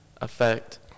effect